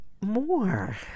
more